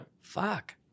Fuck